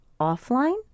offline